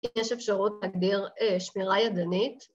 ‫אם יש אפשרות, ‫נגדיר שמירה ידנית.